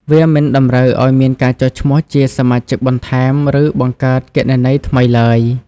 វាមិនតម្រូវឱ្យមានការចុះឈ្មោះជាសមាជិកបន្ថែម ឬបង្កើតគណនីថ្មីឡើយ។